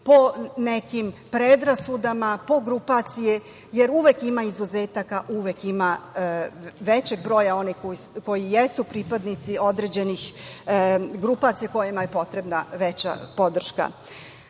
po nekim predrasudama, po grupaciji, jer uvek ima izuzetaka. Uvek ima većeg broja onih koji jesu pripadnici određenih grupacija kojima je potrebna veća podrška. Zatim,